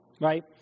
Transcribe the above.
right